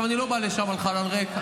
אני לא בא לשם לחלל ריק,